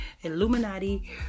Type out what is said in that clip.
Illuminati